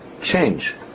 change